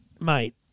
mate